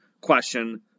question